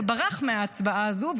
שברח מההצבעה הזו,